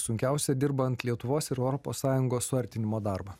sunkiausia dirbant lietuvos ir europos sąjungos suartinimo darbą